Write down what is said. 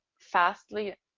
fastly